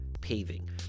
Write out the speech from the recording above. paving